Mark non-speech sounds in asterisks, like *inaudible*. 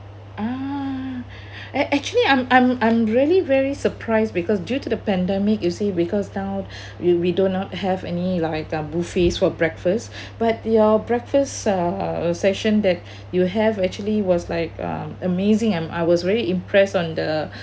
ah actually I'm I'm I'm really very surprised because due to the pandemic you see because now *breath* we do not have any like uh buffets for breakfast but your breakfast uh session that you have actually was like uh amazing and I was really impressed on the